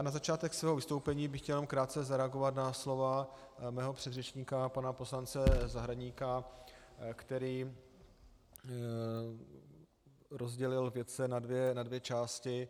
Na začátek svého vystoupení bych chtěl jenom krátce zareagovat na slova svého předřečníka pana poslance Zahradníka, který rozdělil vědce na dvě části.